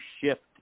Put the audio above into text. shift